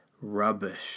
rubbish